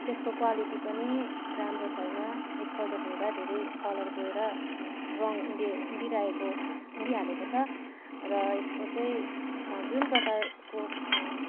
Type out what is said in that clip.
त्यसको क्वालिटी पनि राम्रो छैन एकपल्ट धुँदा धेरै कलर गएर रङ उडि उडिरहेको उडिहालेको छ र यसको चाहिँ जुन प्रकारको